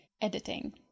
editing